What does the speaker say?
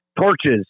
torches